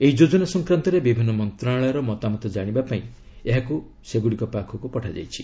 ଏହି ଯୋକନା ସଂକ୍ରାନ୍ତରେ ବିଭିନ୍ନ ମନ୍ତ୍ରଣାଳୟର ମତାମତ କାଣିବା ପାଇଁ ଏହାକୁ ସେମାନଙ୍କ ପାଖକୁ ପଠାଯାଇଛି